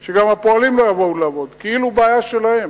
כך שגם הפועלים לא יבואו לעבוד, כאילו, בעיה שלהם.